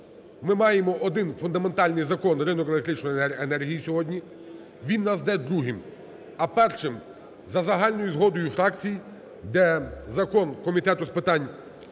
ми маємо один фундаментальний Закон ринок електричної енергії сьогодні, він у нас іде другим, а першим за загальною згодою фракцій іде Закон Комітету з питань